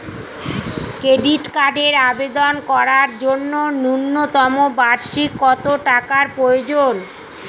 Credit কার্ডের আবেদন করার জন্য ন্যূনতম বার্ষিক কত টাকা প্রয়োজন?